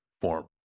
form